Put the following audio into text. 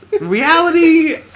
reality